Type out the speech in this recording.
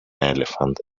elephant